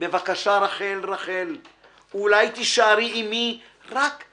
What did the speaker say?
בבקשה רחל רחל/ אולי תישארי עימי רק/